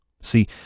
See